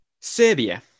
Serbia